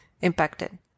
impacted